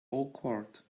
awkward